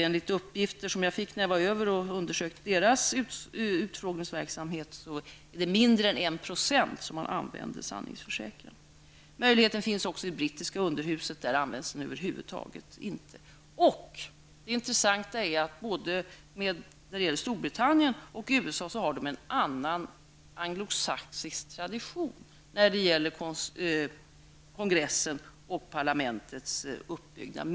Enligt uppgifter som jag fick när jag var där och studerade utfrågningsverksamheten är det i mindre än 1 % av fallen som man använder sanningsförsäkran. Möjligheten finns också i brittiska underhuset. Där används den över huvud taget inte. Det intressanta är att när det gäller både Storbritannien och USA har de en anglosaxisk tradition när det gäller kongressens och parlamentets uppbyggnad.